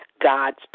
God's